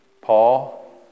Paul